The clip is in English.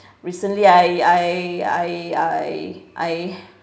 recently I I I I I